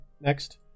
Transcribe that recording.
next